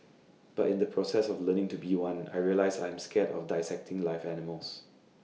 but in the process of learning to be one I realised I'm scared of dissecting live animals